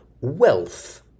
wealth